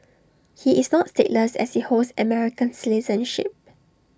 he is not stateless as he holds American citizenship